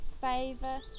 favor